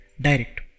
direct